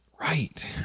right